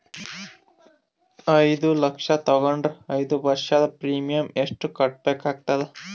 ಐದು ಲಕ್ಷ ತಗೊಂಡರ ಐದು ವರ್ಷದ ಪ್ರೀಮಿಯಂ ಎಷ್ಟು ಕಟ್ಟಬೇಕಾಗತದ?